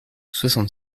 soixante